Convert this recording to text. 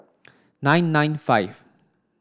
nine nine five